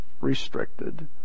restricted